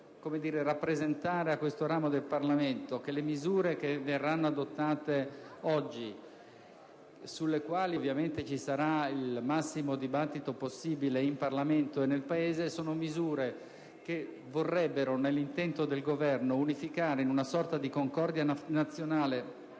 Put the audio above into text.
per rappresentare a questo ramo del Parlamento che le misure che verranno adottate oggi (sulle quali ovviamente ci sarà il massimo dibattito possibile in Parlamento e nel Paese) vorrebbero, nell'intento del Governo, unificare, in una sorta di concordia nazionale